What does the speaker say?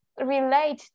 relate